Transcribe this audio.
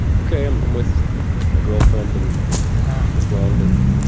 ok. i'm um with my girlfriend and her friend, and